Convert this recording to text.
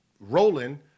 rolling